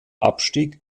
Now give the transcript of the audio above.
abstieg